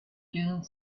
dune